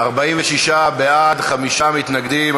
46 בעד, חמישה מתנגדים.